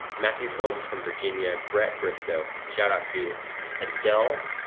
matthew combs from virginia. brett bristow, shout-out to adele,